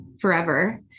forever